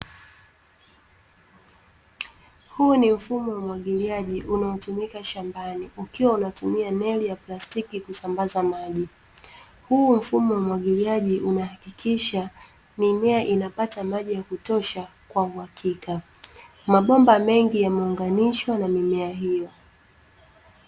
Huu ni mfumo wa umwagiliaji unaotumika shambani ukiwa unatumia neli ya plastiki kusambaza maji, huo mfumo wa umwagiliaji unahakikisha mimea inapata maji ya kutosha kwa uhakika. Mabomba mengi yameunganishwa na mimea hiyo